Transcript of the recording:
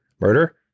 murder